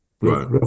Right